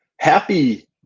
Happy